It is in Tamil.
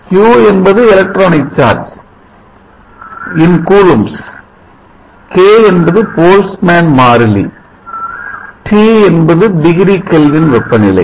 q என்பது எலக்ட்ரானிக் சார்ஜ் K என்பது Boltzmann மாறிலி T என்பது டிகிரி கெல்வின் வெப்பநிலை